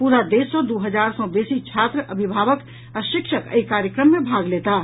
पूरा देश सँ दू हजार सऽ बेसी छात्र अभिभावक आ शिक्षक एहि कार्यक्रम मे भाग लेताह